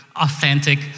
authentic